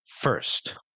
first